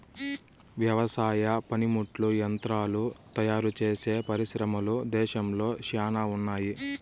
వ్యవసాయ పనిముట్లు యంత్రాలు తయారుచేసే పరిశ్రమలు దేశంలో శ్యానా ఉన్నాయి